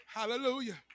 Hallelujah